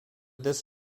this